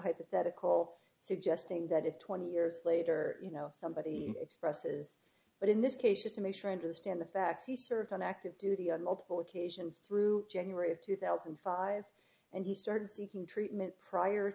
hypothetical suggesting that if twenty years later you know somebody expresses but in this case just to make sure i understand the facts he served on active duty on multiple occasions through january of two thousand and five and he started seeking treatment prior